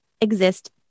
exist